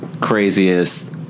craziest